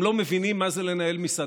הם לא מבינים מה זה לנהל מסעדה,